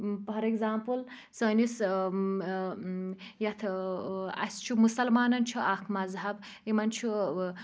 for example سٲنِس یَتھ اَسہِ چھُ مُسَلمانَن چھُ اَکھ مذہَب یِمَن چھُ